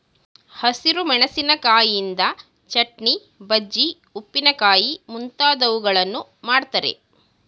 ಹಸಿರು ಮೆಣಸಿಕಾಯಿಯಿಂದ ಚಟ್ನಿ, ಬಜ್ಜಿ, ಉಪ್ಪಿನಕಾಯಿ ಮುಂತಾದವುಗಳನ್ನು ಮಾಡ್ತರೆ